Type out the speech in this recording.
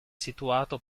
situato